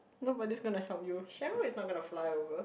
nobody's gonna help you Sharon is not gonna fly over